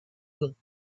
will